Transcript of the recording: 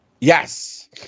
Yes